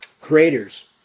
creators